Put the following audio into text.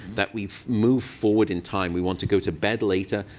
that we move forward in time. we want to go to bed later,